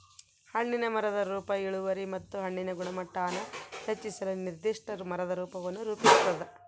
ಹಣ್ಣಿನ ಮರದ ರೂಪ ಇಳುವರಿ ಮತ್ತು ಹಣ್ಣಿನ ಗುಣಮಟ್ಟಾನ ಹೆಚ್ಚಿಸಲು ನಿರ್ದಿಷ್ಟ ಮರದ ರೂಪವನ್ನು ರೂಪಿಸ್ತದ